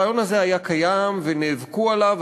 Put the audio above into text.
הרעיון הזה היה קיים ונאבקו עליו,